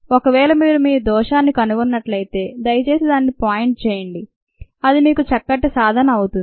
ఒకవేళ మీరు దోషాన్ని కనుగొన్నట్లయితే దయచేసి దానిని పాయింట్ చేయండి అది మీకు చక్కటి సాధన అవుతుంది